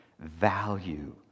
value